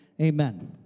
Amen